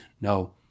No